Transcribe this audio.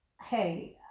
hey